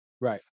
Right